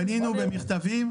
פנינו במכתבים.